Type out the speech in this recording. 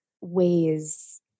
ways